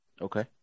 Okay